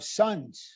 sons